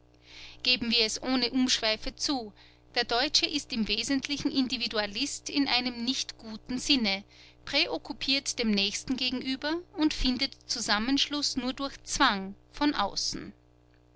geben wir es ohne umschweife zu der deutsche ist im wesentlichen individualist in einem nicht guten sinne präokkupiert dem nächsten gegenüber und findet zusammenschluß nur durch zwang von außen